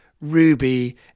Ruby